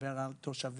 לדבר על תושבים.